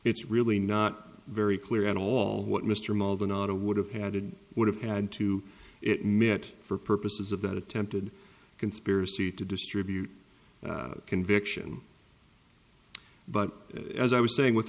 it's really not very clear at all what mr maldonado would have had would have had to it met for purposes of that attempted conspiracy to distribute conviction but as i was saying with